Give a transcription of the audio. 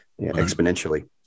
exponentially